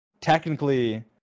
technically